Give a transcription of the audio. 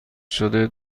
شده